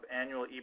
annual